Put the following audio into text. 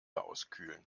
auskühlen